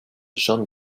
jean